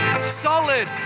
Solid